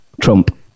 trump